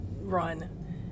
run